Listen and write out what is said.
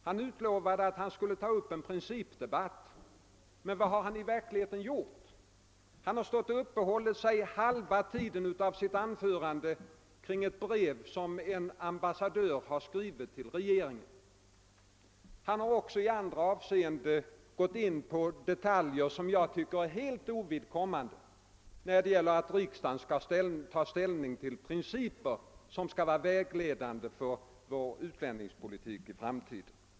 Han lovade att ta upp en principdebatt, men vad har han i verkligheten gjort? Jo, han har under halva tiden av sitt anförande uppehållit sig vid ett brev som en ambassadör har skrivit till regeringen. Även i andra avseenden har herr Ahlmark gått in på detaljer, som jag tycker är helt ovidkommande när det gäller för riksdagen att ta ställning till principer som skall vara vägledande för vår invandringspolitik i framtiden.